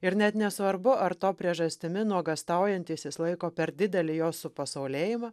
ir net nesvarbu ar to priežastimi nuogąstaujantysis laiko per didelį jo supasaulėjimą